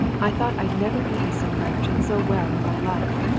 i thought i'd never eaten so much and so well in my life.